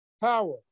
power